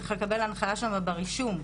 צריך לקבל הנחייה שמה ברישום,